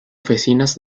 oficinas